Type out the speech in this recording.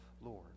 Lord